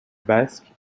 basque